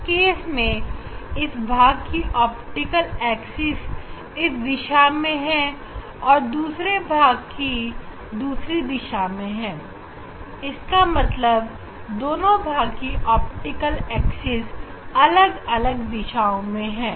इस प्रकरण में इस भाग की ऑप्टिकल एक्सिस इस दिशा में है और दूसरे भाग की दूसरी दिशा में है इसका मतलब दोनों भाग कि ऑप्टिकल एक्सिस अलग अलग दिशाओं में है